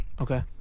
Okay